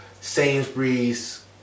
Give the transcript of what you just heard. Sainsbury's